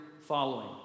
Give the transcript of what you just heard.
following